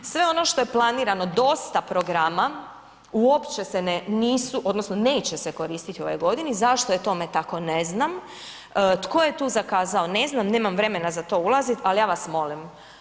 Sve ono što je planirano, dosta programa, uopće se nisu odnosno neće se koristiti u ovoj godini, zašto je tome tako, ne znam, tko je tu zakazao, ne znam, nemam vremena za to ulaziti, ali ja vas molim.